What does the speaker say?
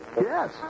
Yes